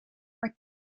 maar